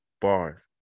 Bars